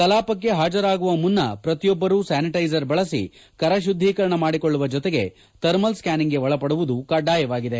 ಕಲಾಪಕ್ಕೆ ಹಾಜರಾಗುವ ಮುನ್ನ ಪ್ರತಿಯೊಬ್ಬರು ಸ್ಕಾನಿಟೈಜರ್ ಬಳಸಿ ಕರ ಶುದ್ದೀಕರಣ ಮಾಡಿಕೊಳ್ಳುವ ಜೊತೆಗೆ ಥರ್ಮಲ್ ಸ್ಟಾನಿಂಗ್ಗೆ ಒಳಪಡುವದು ಕಡ್ಡಾಯವಾಗಿದೆ